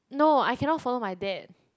no I cannot follow my dad